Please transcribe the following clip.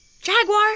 Jaguar